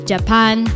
Japan